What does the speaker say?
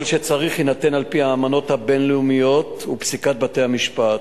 יינתן כל שצריך על-פי האמנות הבין-לאומיות ופסיקת בתי-המשפט,